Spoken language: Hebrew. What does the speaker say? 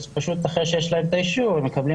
פשוט אחרי שיש להם את האישור הם מקבלים